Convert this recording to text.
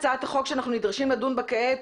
הצעת החוק שאנחנו נדרשים לדון בה כעת,